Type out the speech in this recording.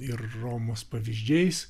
ir romos pavyzdžiais